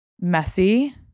Messy